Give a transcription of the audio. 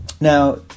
Now